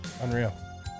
unreal